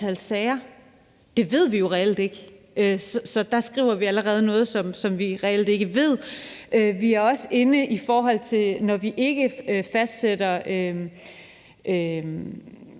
sager. Det ved vi jo reelt ikke. Så der skriver vi allerede noget, som vi reelt ikke ved. Det er også, når vi ikke fastsætter